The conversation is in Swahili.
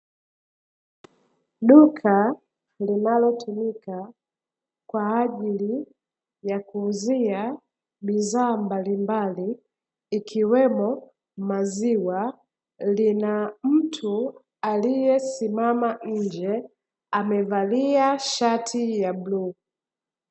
Duka linalotumika kwa ajili ya kuuzia bidhaa mbalimbali ikiwemo maziwa lina mtu alitesimama nje amevalia shati ya bluu.